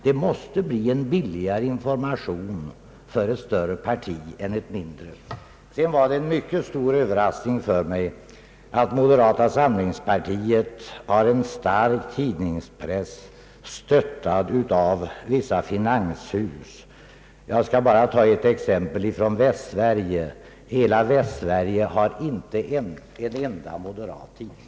Det måste bli en billigare information för ett större parti än för ett mindre. Det var dessutom en mycket stor överraskning för mig att moderata samlingspartiet har en stark tidningspress, stöttad av vissa 'finanshus. Jag vill bara nämna att i heia Västsverige finns inte en enda moderat tidning.